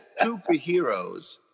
Superheroes